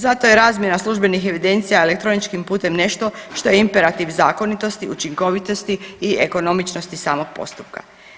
Zato je razmjena službenih evidencija elektroničkim putem nešto što je imperativ zakonitosti, učinkovitosti i ekonomičnosti samog postupka.